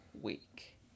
week